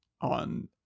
on